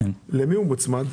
למי הוא מוצמד?